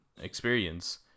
experience